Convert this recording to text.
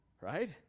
Right